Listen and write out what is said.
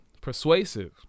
Persuasive